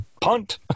punt